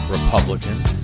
Republicans